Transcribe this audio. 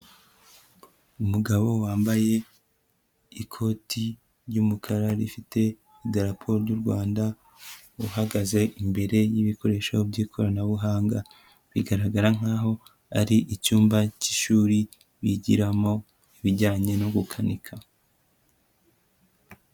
Umugabo wambaye ikoti ry'umukara rifite idarapo ry'u Rwanda, uhagaze imbere y'ibikoresho by'ikoranabuhanga, bigaragara nkaho ari icyumba cy'ishuri bigiramo ibijyanye no gukanika.